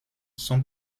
sont